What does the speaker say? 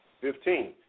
Fifteen